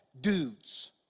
dudes